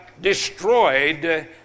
destroyed